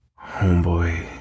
Homeboy